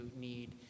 need